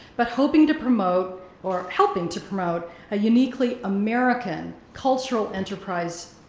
but hoping to promote, or helping to promote a uniquely american cultural enterprise,